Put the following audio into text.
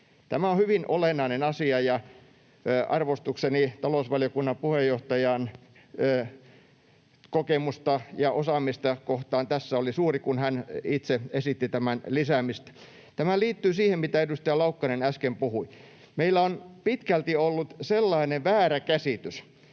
Tämä on hyvin olennainen asia, ja arvostukseni talousvaliokunnan puheenjohtajan kokemusta ja osaamista kohtaan tässä oli suuri, kun hän itse esitti tämän lisäämistä. Tämä liittyy siihen, mitä edustaja Laukkanen äsken puhui. Meillä on pitkälti ollut sellainen väärä käsitys,